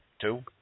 two